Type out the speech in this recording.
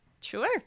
Sure